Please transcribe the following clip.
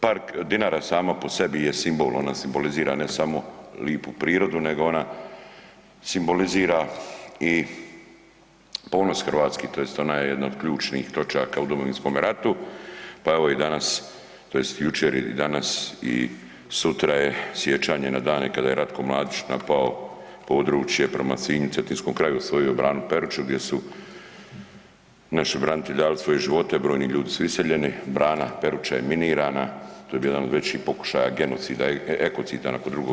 Park Dinara sama po sebi je simbol, ona simbolizira ne samo lipu prirodu, nego ona simbolizira i ponos hrvatski tj. ona je jedna od ključnih točaka u Domovinskome ratu, pa evo i danas tj. jučer i danas i sutra je sjećanje na dane kada je Ratko Mladić napao područje prema Sinju, Cetinskom kraju, osvojio branu Peruču gdje su naši branitelji dali svoje živote, brojni ljudi su iseljeni, brana Peruča je minirana, to je bio jedan od većih pokušaja genocida i ekocida nakon II.